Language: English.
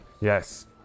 yes